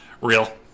Real